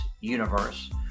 universe